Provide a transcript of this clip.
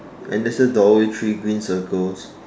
and there's a door with three green circles